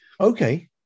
Okay